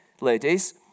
ladies